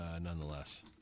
nonetheless